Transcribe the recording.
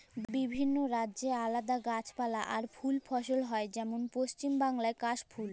বিভিল্য রাজ্যে আলাদা গাছপালা আর ফুল ফসল হ্যয় যেমল পশ্চিম বাংলায় কাশ ফুল